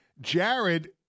Jared